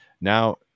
now